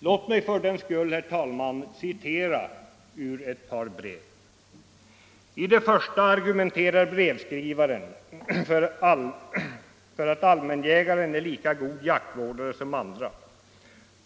Låt mig, herr talman, citera ur ett par brev. I det första argumenterar brevskrivaren för att allmänjägaren är lika god jaktvårdare som andra.